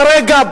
כרגע,